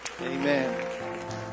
Amen